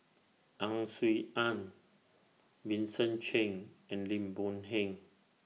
Ang Swee Aun Vincent Cheng and Lim Boon Heng